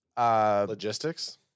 Logistics